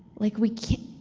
like we can't.